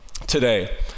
today